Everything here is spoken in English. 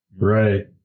right